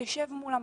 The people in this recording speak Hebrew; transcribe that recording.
תשב מול המסך.